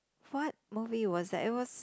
what movie was that it was